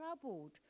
troubled